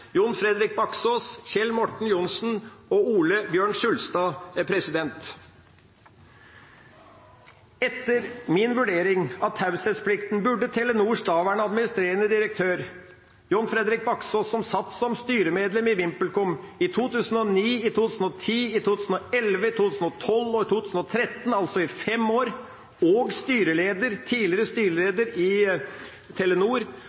Jon Fredrik Baksaas, Kjell Morten Johnsen og Ole Bjørn Sjulstad. Etter min vurdering av taushetsplikten burde Telenors daværende administrerende direktør, Jon Fredrik Baksaas, som satt som styremedlem i VimpelCom i 2009, i 2010, i 2011, i 2012 og i 2013, altså i fem år, og tidligere styreleder i Telenor,